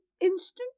instant